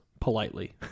politely